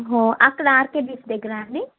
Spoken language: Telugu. అక్కడ ఆర్కే బీచ్ దగ్గరా అండి